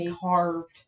carved